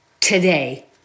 today